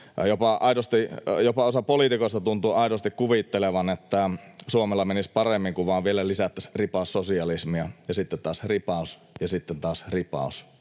Jopa osa poliitikoista tuntuu aidosti kuvittelevan, että Suomella menisi paremmin, kun vain vielä lisättäisiin ripaus sosialismia ja sitten taas ripaus ja sitten taas ripaus